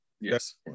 Yes